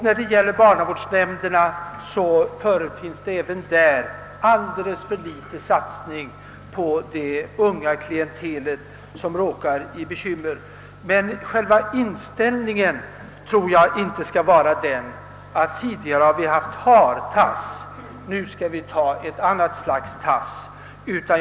Även inom barnavårdsnämnderna förekommer alltför litet satsning på det unga klientel som råkar i bekymmer. Men själva inställningen skall icke vara den, att vi tidigare haft hartass och att vi nu skall ta ett annat slags tass.